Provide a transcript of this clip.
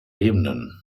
ebenen